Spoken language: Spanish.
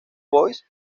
bois